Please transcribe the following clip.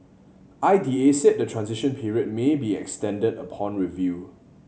I D A said the transition period may be extended upon review